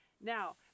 now